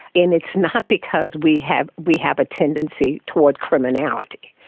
and it's not because we have we have a tendency towards criminality.